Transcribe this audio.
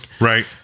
Right